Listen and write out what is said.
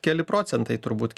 keli procentai turbūt